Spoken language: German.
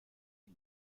die